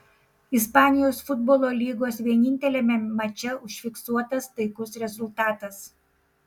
ispanijos futbolo lygos vieninteliame mače užfiksuotas taikus rezultatas